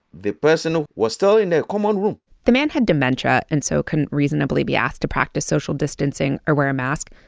the person was still in the common room the man had dementia and so couldn't reasonably be asked to practice social distancing or wear a mask.